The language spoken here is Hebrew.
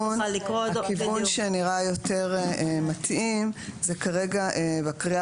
הכיוון שנראה יותר מתאים זה כרגע בקריאה